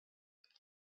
تقریبا